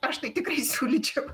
aš tai tikrai siūlyčiau